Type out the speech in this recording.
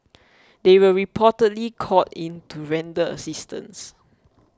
they were reportedly called in to render assistance